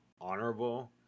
honorable